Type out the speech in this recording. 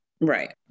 right